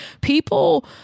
people